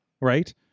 Right